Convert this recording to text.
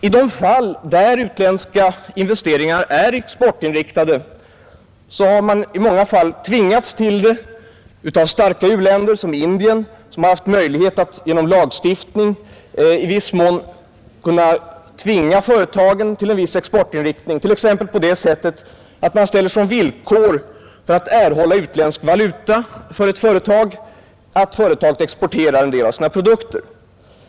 I de fall där utländska investeringar är exportinriktade har företagen av starka u-länder såsom Indien, som har haft möjlighet att lagstifta i dessa frågor, i viss mån tvingats till en viss exportinriktning. Detta kan exempelvis ske på det sättet att såsom villkor för ett företag att erhålla utländsk valuta uppsätts att företaget exporterar en del av sina produkter.